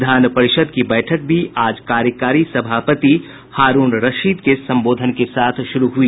विधान परिषद की बैठक भी आज कार्यकारी सभापति हारूण रशीद के सम्बोधन के साथ शुरू हुई